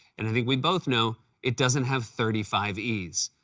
and i think we both know it doesn't have thirty five e's.